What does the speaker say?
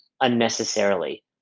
unnecessarily